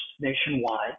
nationwide